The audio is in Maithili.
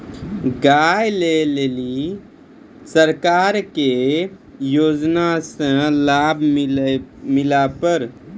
गाय ले ली सरकार के योजना से लाभ मिला पर?